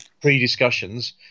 pre-discussions